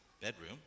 bedroom